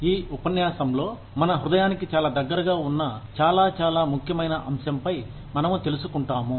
ఈ ఉపన్యాసంలో మన హృదయానికి చాలా దగ్గరగా ఉన్న చాలా చాలా ముఖ్యమైన అంశంపై మనము తెలుసుకుంటాము